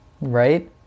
right